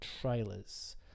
trailers